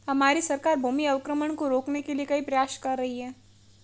हमारी सरकार भूमि अवक्रमण को रोकने के लिए कई प्रयास कर रही है